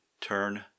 turn